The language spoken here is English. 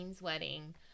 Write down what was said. wedding